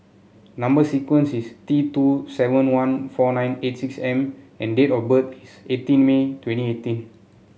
number sequence is T two seven one four nine eight six M and date of birth is eighteen May twenty eighteen